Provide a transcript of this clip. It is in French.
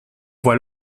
voit